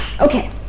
Okay